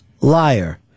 Liar